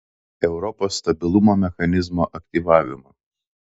europos stabilumo mechanizmo aktyvavimo